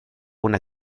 una